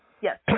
Yes